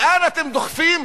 לאן אתם דוחפים